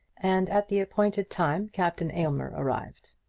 and at the appointed time captain aylmer arrived.